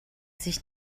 sich